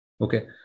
Okay